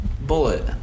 Bullet